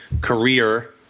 career